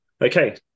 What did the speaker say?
okay